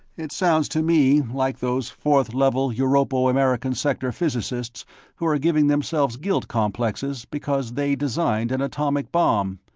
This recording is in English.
it sounds to me like those fourth level europo-american sector physicists who are giving themselves guilt-complexes because they designed an atomic bomb,